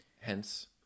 Hence